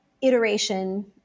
iteration